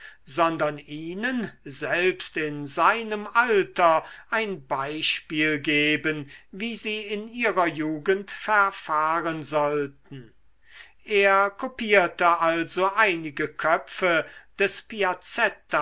sondern ihnen selbst in seinem alter ein beispiel geben wie sie in ihrer jugend verfahren sollten er kopierte also einige köpfe des piazzetta